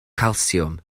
calsiwm